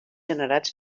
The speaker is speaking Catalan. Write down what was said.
generats